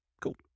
Cool